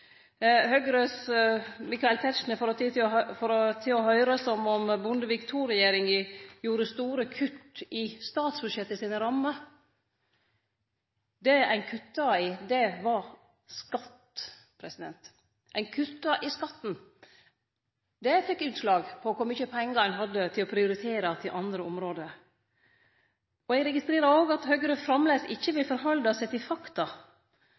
Høgres Michael Tetzschner får det til å høyrast som om Bondevik II-regjeringa gjorde store kutt i statsbudsjettet sine rammer. Det ein kutta i, var skatt. Ein kutta i skatten – det fekk utslag for kor mykje pengar ein hadde til å prioritere til andre område. Eg registrerer òg at Høgre framleis ikkje vil halde seg til fakta.